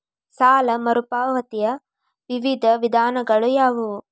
ಸಾಲ ಮರುಪಾವತಿಯ ವಿವಿಧ ವಿಧಾನಗಳು ಯಾವುವು?